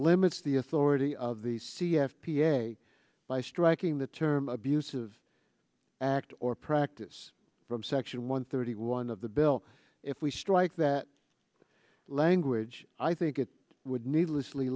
limits the authority of the c f p a by striking the term abusive act or practice from section one thirty one of the bill if we strike that language i thought it would needlessly